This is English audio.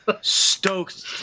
stoked